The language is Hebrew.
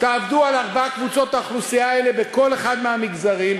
תעבדו על ארבע קבוצות האוכלוסייה האלה בכל אחד מהמגזרים,